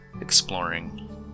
exploring